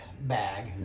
bag